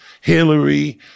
Hillary